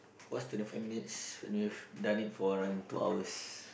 what's twenty five minutes when we have done it for around two hours